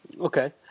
Okay